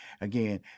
Again